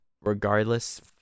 regardless